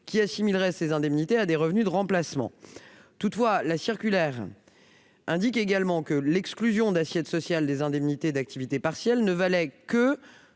qui assimilerait ces indemnités à des revenus de remplacement. Toutefois, la circulaire indique également que l'exclusion d'assiette sociale des indemnités d'activité partielle ne valait que